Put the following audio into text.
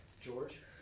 George